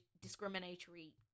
discriminatory